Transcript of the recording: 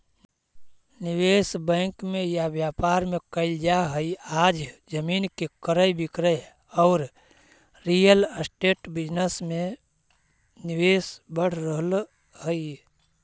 निवेश बैंक में या व्यापार में कईल जा हई आज जमीन के क्रय विक्रय औउर रियल एस्टेट बिजनेस में निवेश बढ़ रहल हई